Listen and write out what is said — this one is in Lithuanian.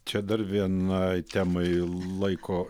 čia dar vienai temai laiko